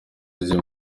izi